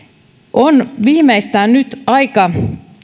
on viimeistään nyt aika